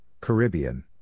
Caribbean